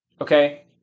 okay